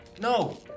No